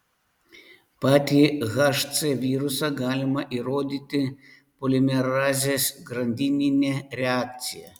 patį hc virusą galima įrodyti polimerazės grandinine reakcija